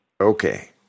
Okay